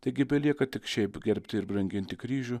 taigi belieka tik šiaip gerbti ir branginti kryžių